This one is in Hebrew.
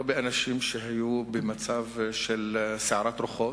לא מדובר באנשים שהיו במצב של סערת רוחות,